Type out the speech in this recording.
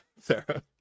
Sarah